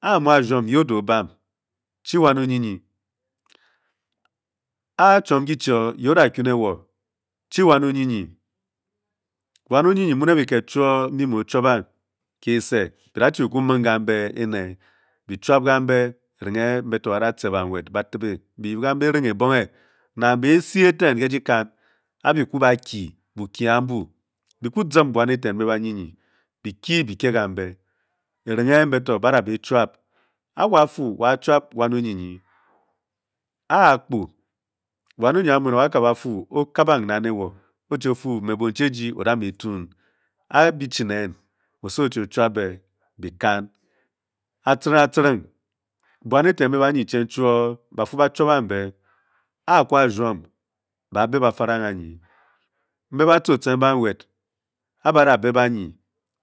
a-a-mu a-wrom ye o-da e-bam? Chi wan nyinyin. a-choum ki chi o ye o-da kwu ne wo? Chi wan nyinyin. Wan onyinyin mu ne be ked choo mbi mu o-chuabang ke ese, be da chi be kwu mueng kambe ene, be chuap kambe, enenghe mbe to ba da tce ban nwed ba tyiebe, be yip kambe erenghe e-bonghe nang be esa e-tea ke djikan e-ke ku ba kyi bukyii a-mbu bi ku gziem buam e-ten mbe ba nyinyin, be kyi be kye kambe erenghe mbe ba da be e-chuap. a-wa a-fu wa chuap wan onyinyin, a-a-kpo wan onyinyin a-mu okabang na ne wo, o-chi o-fu me bonchi e-ji, i-da me e-tun, a-be chi nen osowo o-chi a-chuap beh. be kan, a-tcenyring a-tenyring buan e-ten mbe ba nyinchan choo, ba-fu ba chuabang be, a-kwu a-wrom ba beh ba faranghe nyi, mbe ba tce o-tce ba nwed, a-ba da beh ba nyin,